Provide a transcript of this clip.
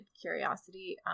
curiosity